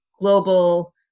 global